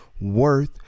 worth